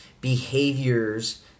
behaviors